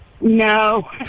No